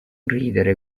ridere